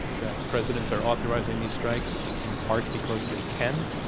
that presidents are authorizing these strikes, in part, because they can,